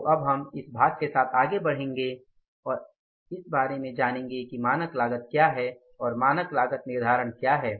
तो अब हम इस भाग के साथ आगे बढ़ेंगे और हम इस बारे में जानेंगे कि मानक लागत क्या है और मानक लागत निर्धारण क्या है